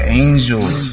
angels